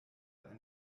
ein